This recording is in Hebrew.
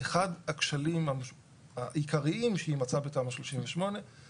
אחד הכשלים העיקריים שהיא מצאה בתמ"א 38 זה